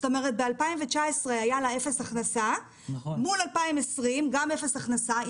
ב-2019 היה לה אפס הכנסה מול 2020, גם אפס הכנסה.